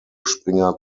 springer